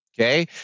okay